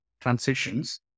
transitions